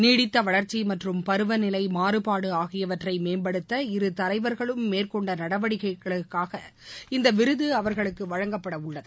நீடித்த வளர்ச்சி மற்றம் பருவநிலை மாறபாடு ஆகியவற்றை மேம்படுத்த இரு தலைவர்களும் மேற்கொண்ட நடவடிக்கைகளுக்காக இந்த விருது அவர்களுக்கு வழங்கப்படவுள்ளது